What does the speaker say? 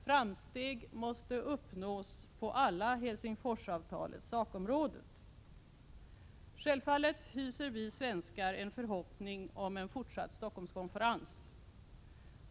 Framsteg måste uppnås på alla Helsingforsavtalets sakområden. Självfallet hyser vi svenskar en förhoppning om en fortsatt Stockholmskonferens.